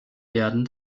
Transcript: werden